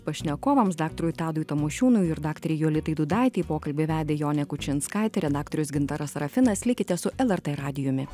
pašnekovams daktarui tadui tamošiūnui ir daktarei jolitai dudaitei pokalbį vedė jonė kučinskaitė redaktorius gintaras sarafinas likite su lrt radijumi